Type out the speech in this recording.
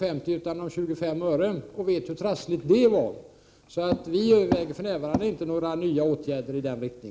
50 öre utan om 25 öre, och vet hur trassligt det var. Vi överväger för närvarande inte några nya åtgärder i denna riktning.